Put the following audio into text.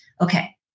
Okay